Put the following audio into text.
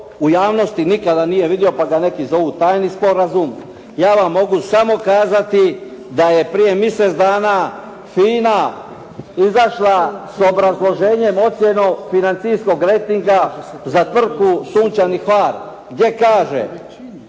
u javnosti nikada nije vidio pa ga neki zovu tajni sporazum. Ja vam mogu samo kazati da je prije mjesec dana FINA izašla sa obrazloženjem, ocjenom financijskoj rejtinga za tvrtku "Sunčani Hvar" gdje kaže: